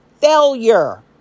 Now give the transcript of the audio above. failure